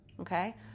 Okay